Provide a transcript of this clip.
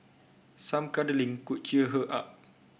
some cuddling could cheer her up